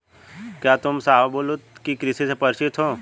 क्या तुम शाहबलूत की कृषि से परिचित हो?